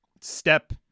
step